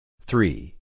Three